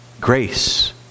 Grace